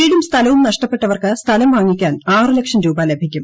വീടും സ്ഥലവും നഷ്ടപ്പെട്ടവർക്ക് സ്ഥലം വാങ്ങിക്കാൻ ആറ് ലക്ഷം രൂപ ലഭിക്കും